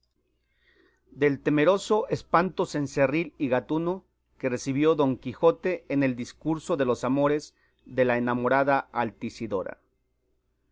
del temeroso espanto cencerril y gatuno que recibió don quijote en el discurso de los amores de la enamorada